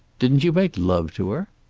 didn't you make love to her?